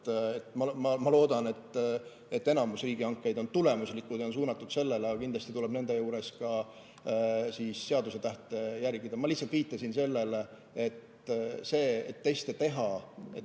Ma loodan, et enamik riigihankeid on tulemuslikud ja on suunatud sellele, aga kindlasti tuleb nende juures ka seadusetähte järgida. Ma lihtsalt viitasin sellele, et tundub, et [otsusel]